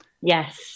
Yes